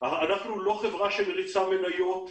אנחנו לא חברה שמריצה מניות,